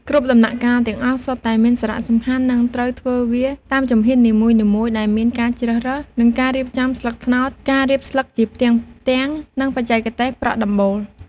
គ្រប់ដំណាក់កាលទាំងអស់សុទ្ធតែមានសារៈសំខាន់និងត្រូវធ្វើវាតាមជំហាននីមួយៗដែលមានការជ្រើសរើស និងការរៀបចំស្លឹកត្នោត ការរៀបស្លឹកជាផ្ទាំងៗ និងបច្ចេកទេសប្រក់ដំបូល។